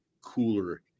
cooler